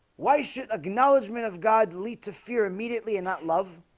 why should acknowledgement of god lead to fear immediately and not love?